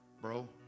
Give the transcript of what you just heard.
Bro